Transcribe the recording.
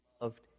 loved